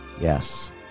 Yes